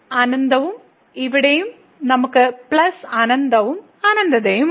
അനന്തവും ഇവിടെയും നമുക്ക് പ്ലസ് അനന്തവും അനന്തതയും ഉണ്ട്